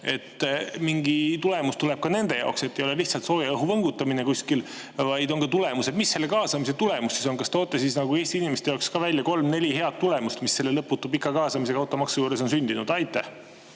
et mingi tulemus tuleb ka nende jaoks, keda on kaasatud, et ei ole lihtsalt sooja õhu võngutamine kuskil, vaid on ka tulemused. Mis selle kaasamise tulemus siis on? Kas toote Eesti inimeste jaoks välja kolm või neli head tulemust, mis selle lõputult pika kaasamisega automaksu puhul on sündinud? Aitäh,